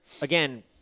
again